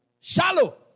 Shallow